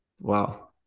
wow